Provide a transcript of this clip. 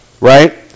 right